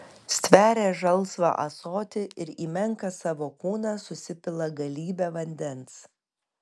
stveria žalsvą ąsotį ir į menką savo kūną susipila galybę vandens